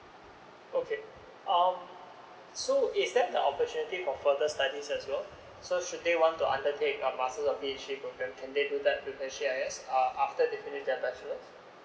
okay um so is there the opportunity for further studies as well so should they want to undertake masters or phd programme can they do that with s g i s after they finish their bachelors